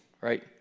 right